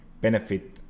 benefit